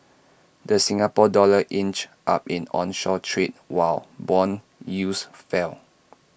the Singapore dollar inched up in onshore trade while Bond yields fell